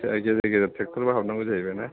गेजेर गेजेर ट्रेकटारबो हाबनांगौ जाहैबाय ना